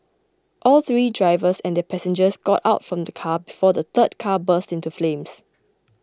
all three drivers and their passengers got out from the car before the third car burst into flames